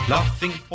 Laughing